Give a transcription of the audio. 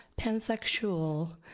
pansexual